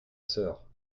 sœur